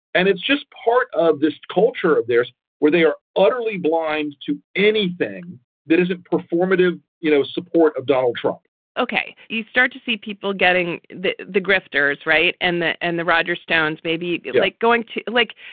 and it's just part of this culture of theirs where they are utterly blind to anything that isn't performative, you know, support of donald trump ok. you start to see people getting the the grifters right. and that and the roger stones may maybe like going to, like,